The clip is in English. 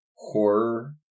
Horror